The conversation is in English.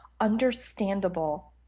understandable